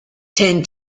chen